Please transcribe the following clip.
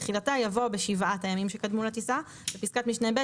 בתחילתה יבוא "בשבעת הימים שקדמו לטיסה"; בפסקת משנה (ב),